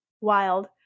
wild